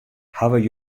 hawwe